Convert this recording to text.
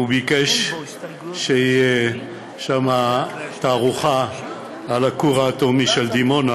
הוא ביקש שתהיה שם תערוכה על הכור האטומי של דימונה,